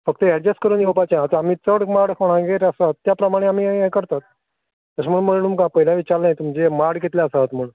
फक्त एडजस करून येवपाचें आतां आमी चड माड कोणागेर आसात त्या प्रमाणे आमी यें यें करतात तशें म्हण म्हळ्ळें तुमकां पयले विचारल्लें तुमचे माड कितले आसात म्हूण